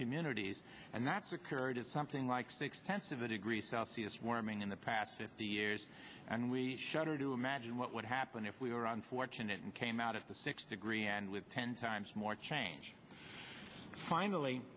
communities and that's occurred is something like six tenths of a degree celsius warming in the past fifty years and we shudder to imagine what would happen if we were unfortunate and came out of the six degree and with ten times more change finally